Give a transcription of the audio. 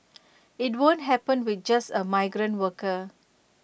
IT won't happen with just A migrant worker